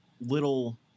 little